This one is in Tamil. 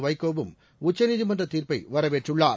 வைகோவும் உச்சநீதிமன்ற தீர்ப்பை வரவேற்றுள்ளார்